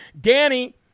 Danny